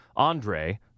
Andre